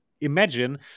imagine